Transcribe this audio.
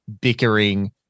bickering